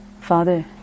Father